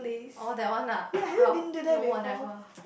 orh that one ah no I never